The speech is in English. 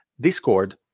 Discord